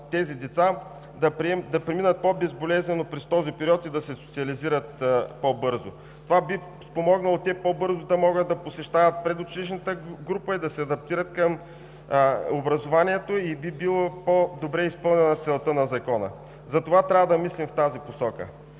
тези деца да преминат по-безболезнено през този период и да се социализират по-бързо. Това би спомогнало те по-бързо да могат да посещават предучилищната група и да се адаптират към образованието и би била по-добре изпълнена целта на Закона. Затова трябва да мислим в тази посока.